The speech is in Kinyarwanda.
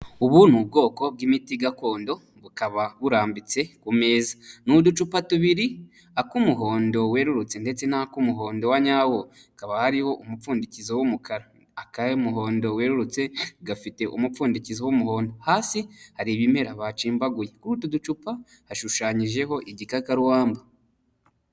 Ubu ni ubwoko bw'imiti gakondo, bukaba burambitse ku meza. Ni uducupa tubiri ak'umuhondo werurutse, ndetse n'ak'umuhondo wa nyawo, hakaba hariho umupfundikizo w'umukara. Ak'umuhondo werurutse gafite umupfundikizo w'umuhondo, hasi hari ibimera bacimbaguye. Kuri utu ducupa hashushanyijeho igikakarubamba.